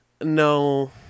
no